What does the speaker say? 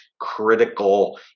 critical